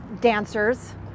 dancers